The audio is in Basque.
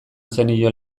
zenion